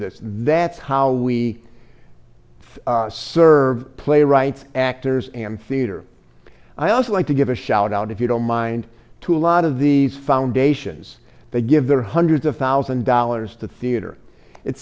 this that's how we serv playwrights actors and theatre i also like to give a shout out if you don't mind to a lot of these foundations they give their hundreds of thousand dollars to theatre it